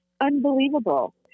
unbelievable